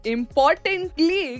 Importantly